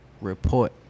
report